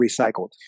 recycled